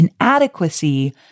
inadequacy